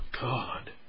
God